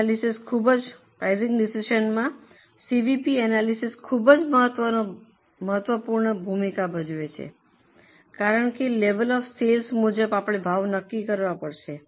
અને પ્રાઇસીંગ ડિસિઝનમાં CVP analysis ખૂબ જ મહત્વપૂર્ણ ભૂમિકા ભજવે છે કારણ કે લેવલ ઑ સેલ્સ મુજબ આપણે ભાવ નક્કી કરવા પડશે